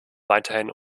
weiterhin